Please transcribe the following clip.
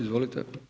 Izvolite.